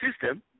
system